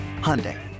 Hyundai